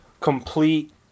complete